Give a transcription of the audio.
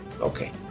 Okay